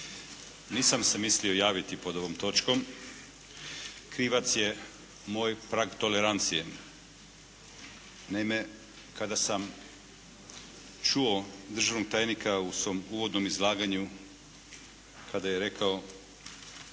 Nisam se mislio javiti pod ovom točkom. Krivac je moj prag tolerancije. Naime, kada sam čuo državnog tajnika u svom uvodnom izlaganju kada je rekao